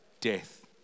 death